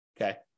okay